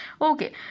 Okay